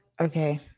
Okay